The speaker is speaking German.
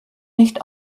nicht